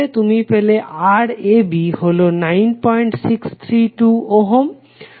তুমি পেলে Rab হলো 9632 ওহম